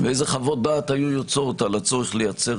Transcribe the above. ואיזו חוות דעת היו יוצאות על הצורך לייצר